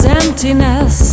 emptiness